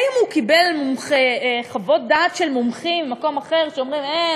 האם הוא קיבל חוות דעת של מומחים ממקום אחר שאומרים: אין,